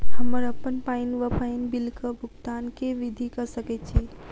हम्मर अप्पन पानि वा पानि बिलक भुगतान केँ विधि कऽ सकय छी?